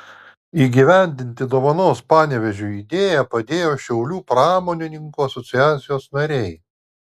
įgyvendinti dovanos panevėžiui idėją padėjo šiaulių pramonininkų asociacijos nariai